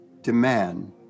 demand